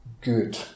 good